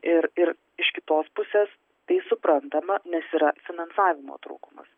ir ir iš kitos pusės tai suprantama nes yra finansavimo trūkumas